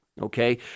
okay